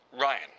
Ryan